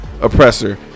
oppressor